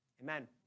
amen